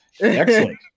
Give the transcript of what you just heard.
excellent